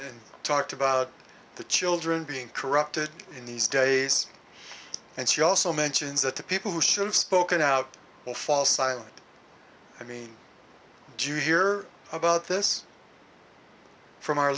talked about the children being corrupted in these days and she also mentions that the people who should have spoken out will fall silent i mean do you hear about this from our